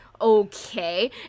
okay